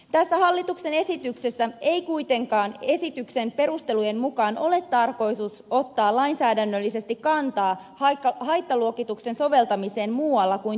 tässä hallituksen esityksessä ei kuitenkaan esityksen perustelujen mukaan ole tarkoitus ottaa lainsäädännöllisesti kantaa haittaluokituksen soveltamiseen muualla kuin työtapaturmavakuutuksessa